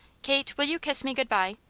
kate, will you kiss me good-bye?